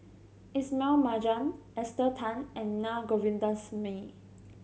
Ismail Marjan Esther Tan and Naa Govindasamy